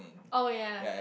oh ya